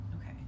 Okay